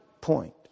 point